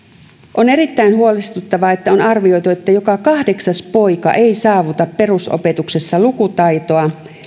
on erittäin huolestuttavaa että on arvioitu että joka kahdeksas poika ei saavuta perusopetuksessa lukutaitoa